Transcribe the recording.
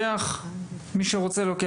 מי שרוצה, לוקח.